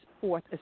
Fourth